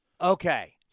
Okay